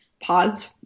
Pause